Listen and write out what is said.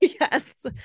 Yes